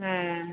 ᱦᱮᱸ